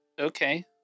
okay